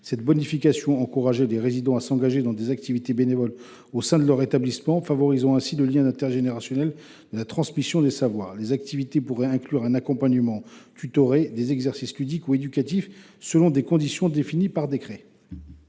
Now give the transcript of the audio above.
Ladite bonification encouragerait les résidents à s’engager dans des activités bénévoles au sein de leur établissement, favorisant ainsi le lien intergénérationnel et la transmission des savoirs. Cela pourrait concerner l’accompagnement tutoré, des exercices ludiques ou éducatifs, dans des conditions définies par décret.